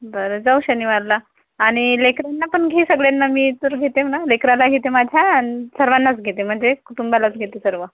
बरं जाऊ शनिवारला आणि लेकरांना पण घे सगळ्यांना मी तर घेते म्हणा लेकरालाही इथे माझ्या आणि सर्वांनाच घेते म्हणजे कुटुंबालाच घेते सर्व